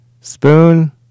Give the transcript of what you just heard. Spoon